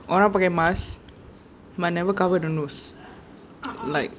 orang pakai mask but never cover the nose like